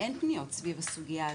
אין פניות סביב הסוגיה הזו,